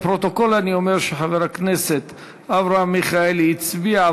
לפרוטוקול אני אומר שחבר הכנסת אברהם מיכאלי הצביע,